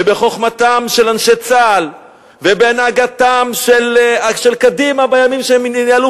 ובחוכמתם של אנשי צה"ל ובהנהגתם של קדימה בימים שהם ניהלו